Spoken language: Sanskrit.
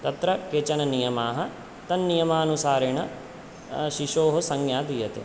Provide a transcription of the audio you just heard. तत्र केचननियमाः तन्नियमानुसारेण शिशोः संज्ञा दीयते